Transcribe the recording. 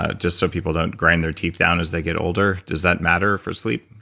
ah just so people don't grind their teeth down as they get older? does that matter for sleep?